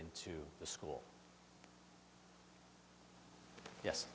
into the school yes